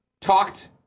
Talked